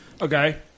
Okay